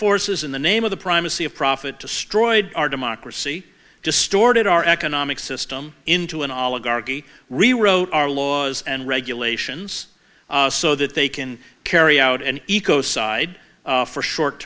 forces in the name of the primacy of profit destroyed our democracy distorted our economic system into an oligarchy rewrote our laws and regulations so that they can carry out an eco side for short